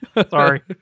sorry